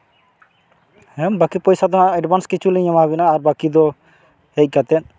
ᱦᱮᱸ ᱵᱟᱹᱠᱤ ᱯᱚᱭᱥᱟ ᱫᱚ ᱦᱚᱸᱜ ᱮᱰᱵᱷᱟᱱᱥ ᱠᱤᱪᱷᱩ ᱞᱤᱧ ᱮᱢᱟ ᱵᱮᱱᱟ ᱟᱨ ᱵᱟᱠᱤ ᱫᱚ ᱦᱮᱡ ᱠᱟᱛᱮᱫ